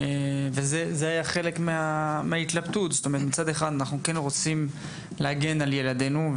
זה היה חלק מההתלבטות: מצד אחד אנחנו כן רוצים להגן על ילדינו,